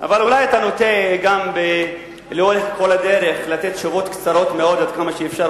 אבל אולי אתה נוטה לאורך כל הדרך לתת תשובות קצרות מאוד עד כמה שאפשר.